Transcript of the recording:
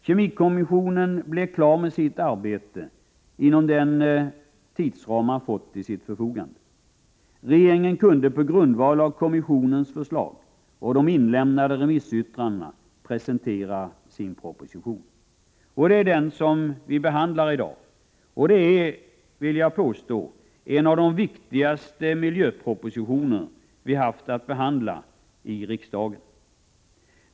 Kemikommissionen blev klar med sitt arbete inom den tidsram man fått till sitt förfogande. Regeringen kunde på grundval av kommissionens förslag och de inkomna remissyttrandena presentera sin proposition. Det är den som vi behandlar i dag. Det är — vill jag påstå — en av de viktigaste miljöpropositioner vi haft att behandla i riksdagen.